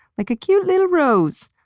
like a cute little rose,